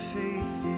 faith